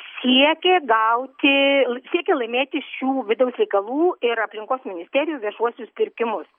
siekė gauti siekė laimėti šių vidaus reikalų ir aplinkos ministerijų viešuosius pirkimus